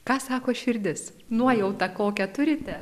ką sako širdis nuojauta kokią turite